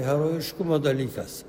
herojiškumo dalykas